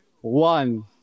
one